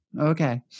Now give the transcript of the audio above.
Okay